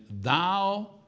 thou